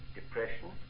depression